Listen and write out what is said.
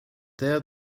there